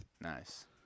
Nice